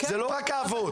לא רק האבות.